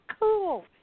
cool